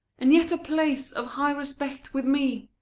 and yet a place of high respect with me,